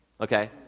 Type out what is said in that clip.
Okay